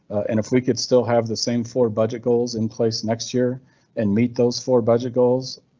and if we could still have the same for budget goals in place next year and meet those four budget goals,